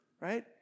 right